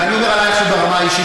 ואני אומר עלי משהו ברמה האישית,